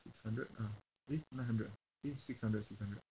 six hundred ah eh nine hundred eh six hundred six hundred